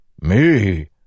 Me